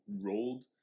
rolled